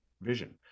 vision